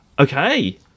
Okay